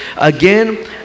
again